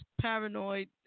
paranoid